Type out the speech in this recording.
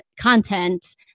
content